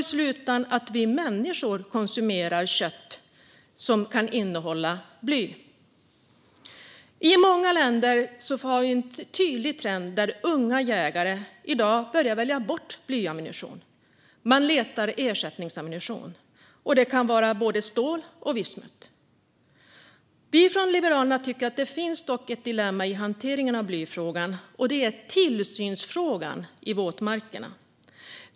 I slutändan konsumerar vi människor kött som kan innehålla bly. I många länder har vi i dag en tydlig trend där unga jägare börjar välja bort blyammunition. Man letar ersättningsammunition. Det kan vara både stål och vismut. Vi från Liberalerna tycker dock att det finns ett dilemma i hanteringen av blyfrågan. Det gäller tillsynsfrågan i våtmarkerna.